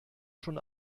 schon